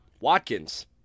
Watkins